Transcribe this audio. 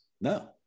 No